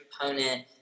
component